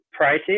pricey